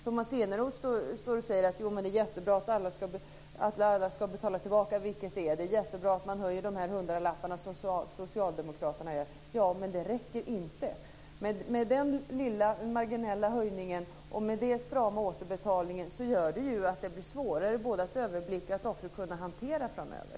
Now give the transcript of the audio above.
Tomas Eneroth säger att det är jättebra att alla ska betala tillbaka, vilket det är. Det är jättebra att man höjer med de hundralappar som socialdemokraterna föreslår. Men det räcker inte. Med den lilla marginella höjningen och med den strama återbetalningen blir systemet svårare att överblicka och också hantera framöver.